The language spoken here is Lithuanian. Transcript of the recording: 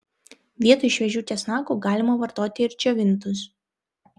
vietoj šviežių česnakų galima vartoti ir džiovintus